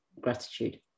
gratitude